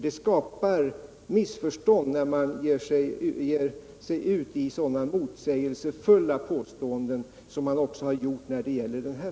Det skapar missförstånd när man ger sig ut i sådana motsägelsefulla påståenden som man har gjort här.